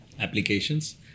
applications